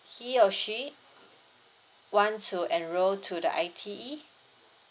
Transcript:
he or she want to enroll to the I_T_E